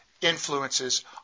influences